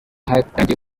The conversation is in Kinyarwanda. hatangiye